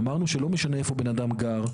אמרנו שלא משנה איפה בן אדם גר,